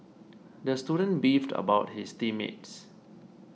the student beefed about his team mates